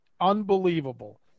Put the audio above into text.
unbelievable